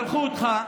שלחו אותך.